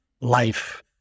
life